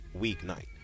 weeknight